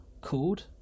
called